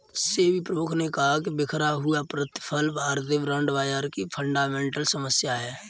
सेबी प्रमुख ने कहा कि बिखरा हुआ प्रतिफल भारतीय बॉन्ड बाजार की फंडामेंटल समस्या है